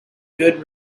good